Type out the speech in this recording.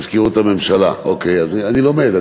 מזכירות הממשלה, אוקיי, אני לומד.